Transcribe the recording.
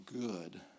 good